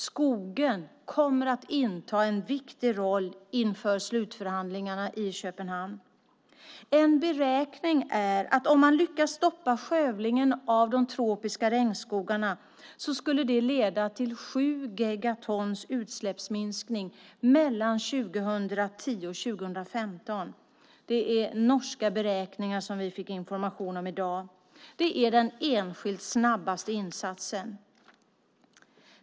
Skogen kommer att inta en viktig roll inför slutförhandlingarna i Köpenhamn. En beräkning är att om man lyckas stoppa skövlingen av de tropiska regnskogarna skulle det leda till sju gigatons utsläppsminskning mellan 2010 och 2015. Det är norska beräkningar som vi fick information om i dag. Det är den enskilt snabbaste insatsen.